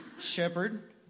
shepherd